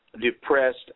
depressed